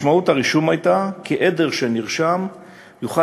משמעות הרישום הייתה כי המגדלים של עדר שנרשם יוכל